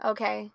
Okay